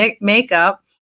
makeup